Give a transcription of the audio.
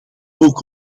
ook